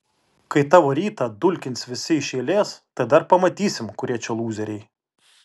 kai tavo rytą dulkins visi iš eilės tai dar pamatysim kurie čia lūzeriai